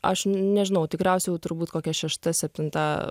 aš nežinau tikriausiai turbūt kokia šešta septinta